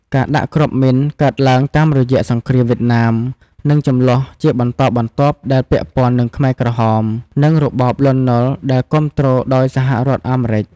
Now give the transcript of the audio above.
ការដាក់គ្រាប់មីនកើតឡើងតាមរយៈសង្គ្រាមវៀតណាម និងជម្លោះជាបន្តបន្ទាប់ដែលពាក់ព័ន្ធនឹងខ្មែរក្រហម និងរបបលន់នល់ដែលគាំទ្រ ដោយសហរដ្ឋអាមេរិក។